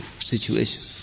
situation